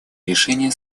решение